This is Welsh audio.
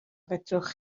fedrwch